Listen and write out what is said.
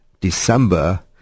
December